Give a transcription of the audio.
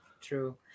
true